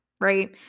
right